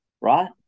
right